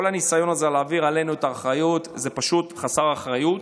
כל הניסיון הזה להעביר אלינו את האחריות זה פשוט חסר אחריות.